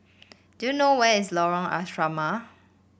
do you know where is Lorong Asrama